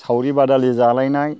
सावरि बादालि जालायनाय